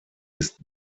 ist